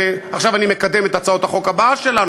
עכשיו אני מקדם את הצעת החוק הבאה שלנו,